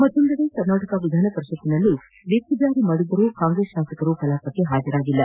ಮತ್ತೊಂದೆಡೆ ಕರ್ನಾಟಕ ವಿಧಾನಪರಿಷತ್ನಲ್ಲಿ ವಿಪ್ ಜಾರಿ ಮಾಡಿದ್ದರೂ ಕಾಂಗ್ರೆಸ್ ಶಾಸಕರು ಕಲಾಪಕ್ಕೆ ಹಾಜರಾಗಿಲ್ಲ